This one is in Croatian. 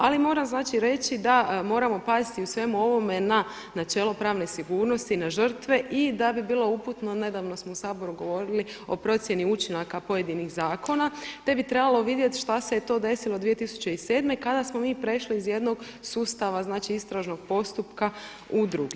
Ali moram znači reći da moramo paziti u svemu ovome na načelo pravne sigurnosti na žrtve i da bi bilo uputno, nedavno smo u Saboru govorili o procjeni učinaka pojedinih zakona, te bi trebalo vidjet šta se je to desilo 2007. kada smo mi prešli iz jednog sustava znači, istražnog postupka u drugi.